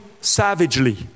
savagely